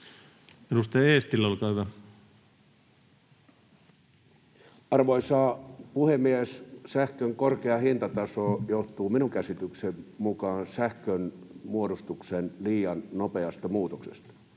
Arvoisa puhemies! Sähkön korkea hintataso johtuu minun käsitykseni mukaan sähkön tuotantorakenteen liian nopeasta muutoksesta.